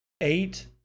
eight